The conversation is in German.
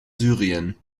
syrien